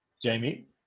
Jamie